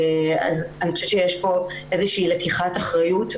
אז אני חושבת שיש פה איזו שהיא לקיחת אחריות.